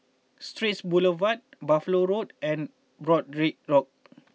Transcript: Straits Boulevard Buffalo Road and Broadrick Road